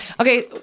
okay